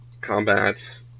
combat